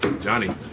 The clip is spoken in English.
Johnny